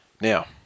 now